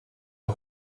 der